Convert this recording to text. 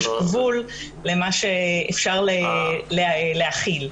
יש גבול למה שאפשר להכיל.